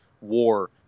war